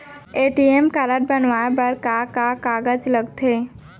ATM card बनवाये बर का का कागज लगथे?